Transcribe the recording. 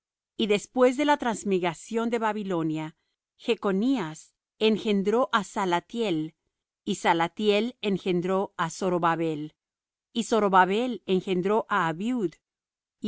y después de la transmigración de babilonia jechnías engendró á salathiel y salathiel engendró á zorobabel y zorobabel engendró á